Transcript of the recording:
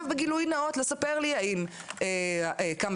חוזרי מנכ"ל למקצועות הבריאות שאין כוונה